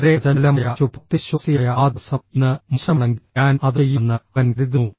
വളരെ അചഞ്ചലമായ ശുഭാപ്തിവിശ്വാസിയായ ആ ദിവസം ഇന്ന് മോശമാണെങ്കിൽ ഞാൻ അത് ചെയ്യുമെന്ന് അവൻ കരുതുന്നു